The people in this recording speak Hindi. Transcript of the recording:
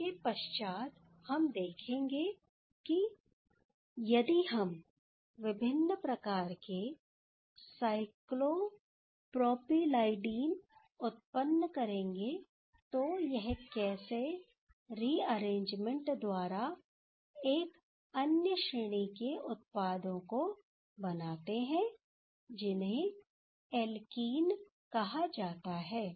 इसके पश्चात हम देखेंगे कि यदि हम विभिन्न प्रकार के साइक्लोप्रोपेलिडाइन उत्पन्न करेंगे तो यह कैसे रिअरेंजमेंट द्वारा एक अन्य श्रेणी के उत्पादों बनाते हैं जिन्हें एल्कीन कहा जाता है